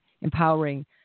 empowering